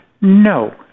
No